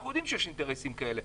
אנחנו יודעים שיש אינטרסים כאלה.